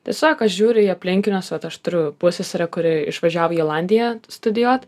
tiesiog aš žiūriu į aplinkinius vat aš turiu pusseserę kuri išvažiavo į olandiją studijuot